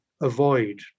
avoid